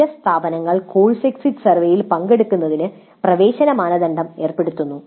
ചില സ്ഥാപനങ്ങൾ course exit സർവേയിൽ പങ്കെടുക്കുന്നതിന് പ്രവേശന മാനദണ്ഡം ഏർപ്പെടുത്തുന്നു